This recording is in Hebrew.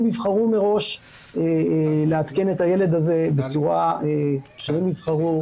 יבחרו מראש לעדכן את הילד הזה בצורה שהם יבחרו,